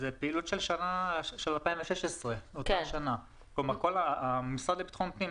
זאת פעילות של 2016. המשרד לביטחון פנים,